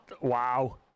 wow